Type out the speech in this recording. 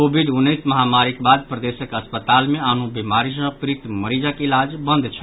Covid उन्नैस महामारीक बाद प्रदेशक अस्पताल मे आनो बीमारी सँ पीड़ित मरीजक इलाज बंद छल